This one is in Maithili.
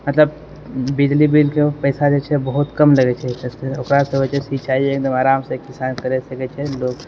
मतलब बिजली बिल जो पैसा जे छै बहुत कम लगै छै ओकरासँ होइ छै सिञ्चाइ जे एकदम आराम सँ किसान करि सकै छै लोक